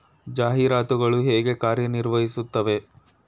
ಜಾಹೀರಾತುಗಳು ಹೇಗೆ ಕಾರ್ಯ ನಿರ್ವಹಿಸುತ್ತವೆ?